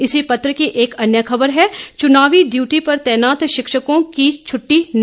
इस पत्र की एक अन्य ख़बर है चुनावी डयूटी पर तैनात शिक्षकों को छुट्टी नहीं